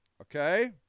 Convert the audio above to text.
okay